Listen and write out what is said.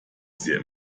sehr